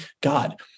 God